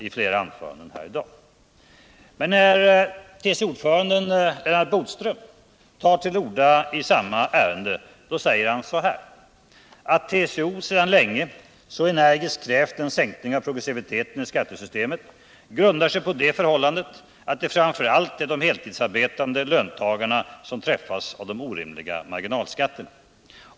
I samma ämne säger TCO:s ordförande Lennart Bodström så här: ”Att TCO sedan länge så energiskt krävt en sänkning av progressiviteten i skattesystemet grundar sig på det förhållandet att det framför allt är de heltidsarbetande löntagarna som träffas av de orimliga marginalskatterna .